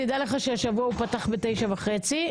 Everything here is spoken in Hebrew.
דע לך שהשבוע הוא פתח בתשע וחצי,